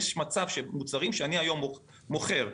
יש מצב שמוצרים שאני היום מוכר,